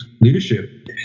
leadership